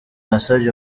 yasabye